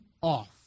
off